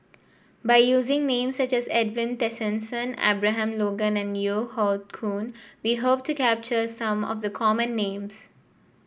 by using names such as Edwin Tessensohn Abraham Logan and Yeo Hoe Koon we hope to capture some of the common names